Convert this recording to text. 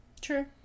True